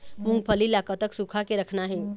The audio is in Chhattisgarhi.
मूंगफली ला कतक सूखा के रखना हे?